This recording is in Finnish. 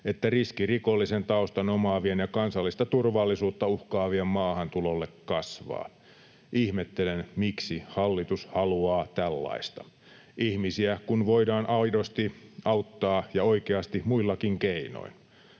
että riski rikollisen taustan omaavien ja kansallista turvallisuutta uhkaavien maahantuloon kasvaa. Ihmettelen, miksi hallitus haluaa tällaista. Ihmisiä kun voidaan aidosti ja oikeasti auttaa muillakin keinoin.